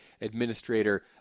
administrator